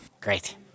Great